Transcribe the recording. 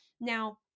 Now